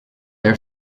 air